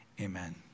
amen